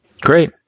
Great